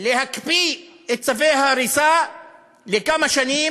להקפיא את צווי ההריסה לכמה שנים,